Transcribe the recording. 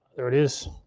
there it is.